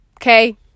Okay